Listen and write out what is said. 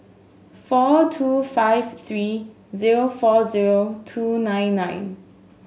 four two five three zero four zero two nine nine